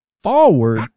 forward